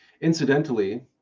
incidentally